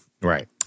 right